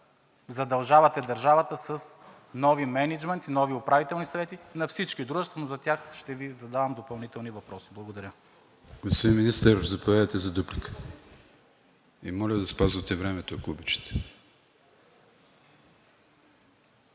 задължавате държавата с нови мениджмънти, нови управителни съвети на всички дружества, но за тях ще Ви задам допълнителни въпроси. Благодаря. ПРЕДСЕДАТЕЛ АТАНАС АТАНАСОВ: Господин Министър, заповядайте за дуплика и моля да спазвате времето, ако обичате.